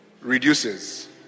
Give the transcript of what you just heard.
reduces